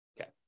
Okay